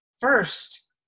first